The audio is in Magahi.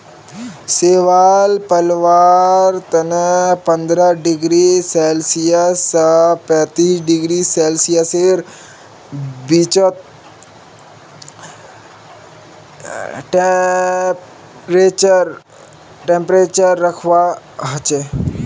शैवाल पलवार तने पंद्रह डिग्री सेल्सियस स पैंतीस डिग्री सेल्सियसेर बीचत टेंपरेचर रखवा हछेक